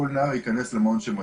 כל נער ייכנס למעון שמתאים לו.